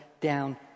down